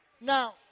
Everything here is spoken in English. Now